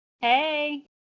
Hey